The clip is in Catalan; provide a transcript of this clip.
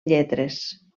lletres